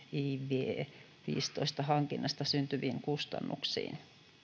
miv viisitoista hankinnasta syntyviin kustannuksiin